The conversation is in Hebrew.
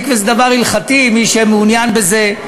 מקווה זה דבר הלכתי, מי שמעוניין בזה,